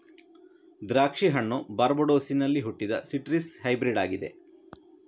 ದ್ರಾಕ್ಷಿ ಹಣ್ಣು ಬಾರ್ಬಡೋಸಿನಲ್ಲಿ ಹುಟ್ಟಿದ ಸಿಟ್ರಸ್ ಹೈಬ್ರಿಡ್ ಆಗಿದೆ